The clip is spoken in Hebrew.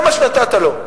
זה מה שנתת לו.